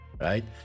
right